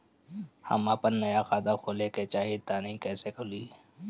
हम आपन नया खाता खोले के चाह तानि कइसे खुलि?